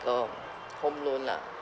a home loan lah